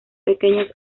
pequeños